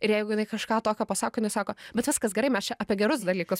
ir jeigu jinai kažką tokio pasako jinai sako bet viskas gerai mes čia apie gerus dalykus